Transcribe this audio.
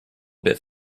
bit